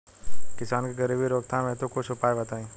किसान के गरीबी रोकथाम हेतु कुछ उपाय बताई?